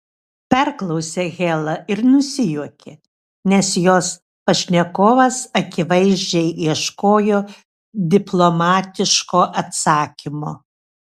perklausė hela ir nusijuokė nes jos pašnekovas akivaizdžiai ieškojo diplomatiško atsakymo